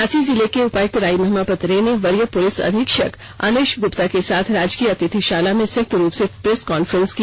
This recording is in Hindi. रांची जिले के उपायुक्त राय महिमापत रे ने वरीय पुलिस अधीक्षक अनीश ग्प्ता के साथ राजकीय अतिथिशाला में संयुक्त रूप से प्रेस कॉन्फ्रेंस की